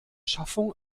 schaffung